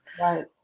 Right